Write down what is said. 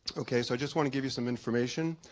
okay so i just want to give you some information